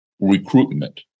recruitment